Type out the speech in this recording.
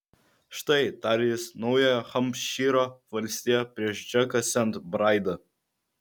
štai tarė jis naujojo hampšyro valstija prieš džeką sent braidą